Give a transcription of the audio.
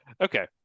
Okay